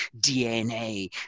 DNA